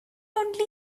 only